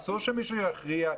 אסור שמישהו יכריע.